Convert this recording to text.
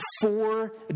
four